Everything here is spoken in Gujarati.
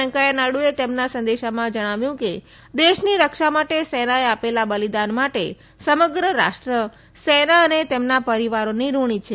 વેંકૈયા નાયડુએ તેમના ટ્વીટ સંદેશમાં કહ્યું છે કે દેશની રક્ષા માટે સેનાએ આપેલાં બલિદાન માટે સમગ્ર રાષ્ટ્ર સેના અને તેમના પરિવારોની ઋણી છે